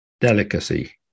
delicacy